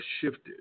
shifted